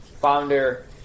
founder